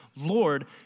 Lord